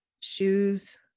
shoes